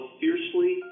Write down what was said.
fiercely